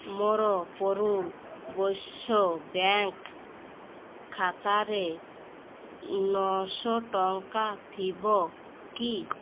ମୋର ବୈଶ୍ୟ ବ୍ୟାଙ୍କ୍ ଖାତାରେ ନଅଶହ ଟଙ୍କା ଥିବ କି